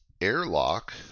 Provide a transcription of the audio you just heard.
Airlock